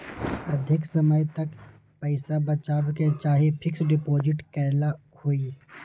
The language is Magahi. अधिक समय तक पईसा बचाव के लिए फिक्स डिपॉजिट करेला होयई?